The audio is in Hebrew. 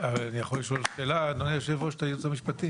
עם כל הכבוד לוועדת